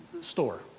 store